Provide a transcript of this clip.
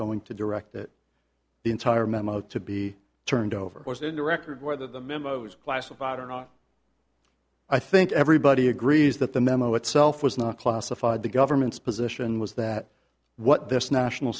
going to direct the entire memo to be turned over to record whether the memos classified or not i think everybody agrees that the memo itself was not classified the government's position was that what this national